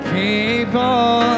people